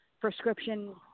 prescription